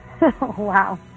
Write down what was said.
wow